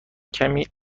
کمی